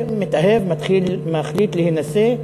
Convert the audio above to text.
שמתאהב, מחליט להינשא,